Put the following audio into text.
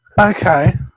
Okay